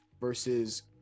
versus